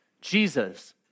Jesus